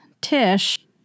Tish